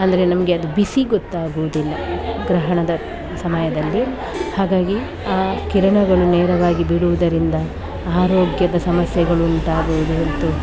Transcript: ಅಂದರೆ ನಮಗೆ ಅದು ಬಿಸಿ ಗೊತ್ತಾಗುವುದಿಲ್ಲ ಗ್ರಹಣದ ಸಮಯದಲ್ಲಿ ಹಾಗಾಗಿ ಆ ಕಿರಣಗಳು ನೇರವಾಗಿ ಬೀಳುವುದರಿಂದ ಆರೋಗ್ಯದ ಸಮಸ್ಯೆಗಳು ಉಂಟಾಗುವುದಂತೂ